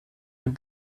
den